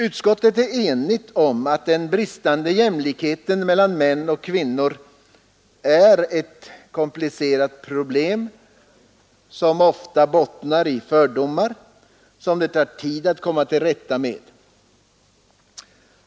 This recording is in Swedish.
Utskottet är enigt om att den bristande jämlikheten mellan män och kvinnor är ett komplicerat problem som ofta bottnar i fördomar som det tar tid att komma till rätta med.